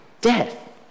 death